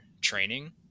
training